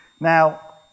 Now